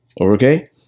Okay